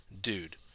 dude